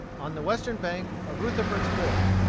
on the western bank of rutherford's fork,